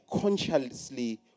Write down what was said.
consciously